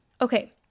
Okay